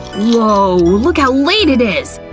woah! look how late it is!